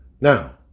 Now